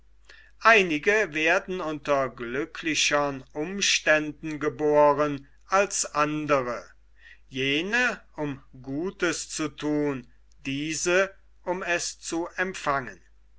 einige werden unter glücklichem umständen geboren als andre jene um gutes zu thun diese um es zu empfangen